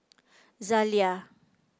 zalia